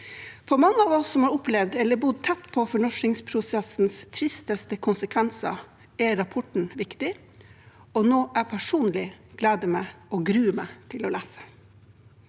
For mange av oss som har opplevd eller bodd tett på fornorskingsprosessens tristeste konsekvenser, er rapporten viktig og noe jeg personlig gleder meg og gruer meg til å lese.